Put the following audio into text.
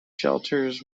shelters